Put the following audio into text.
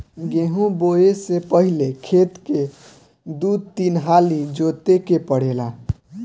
गेंहू बोऐ से पहिले खेत के दू तीन हाली जोते के पड़ेला